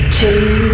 two